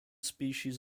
species